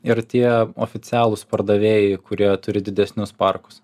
ir tie oficialūs pardavėjai kurie turi didesnius parkus